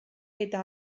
eta